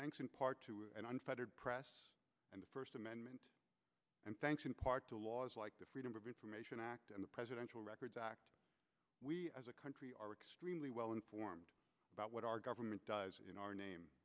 thanks in part to an unfettered press and the first amendment and thanks in part to laws like the freedom of information act and the presidential records we as a country are extremely well informed about what our government does in our name